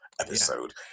episode